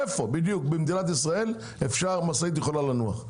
איפה במדינת ישראל משאית יכולה לנוח?